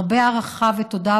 הרבה הערכה ותודה,